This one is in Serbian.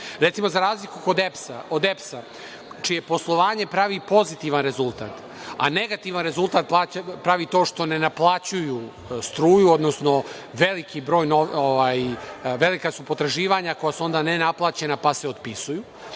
gubitke. Recimo, za razliku kod EPS-a, čije poslovanje pravi pozitivan rezultat, a negativan rezultat pravi to što ne naplaćuju struju, odnosno velika su potraživanja koja su onda nenaplaćena pa se otpisuju,